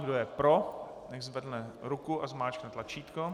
Kdo je pro, nechť zvedne ruku a zmáčkne tlačítko.